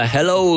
Hello